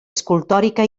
escultòrica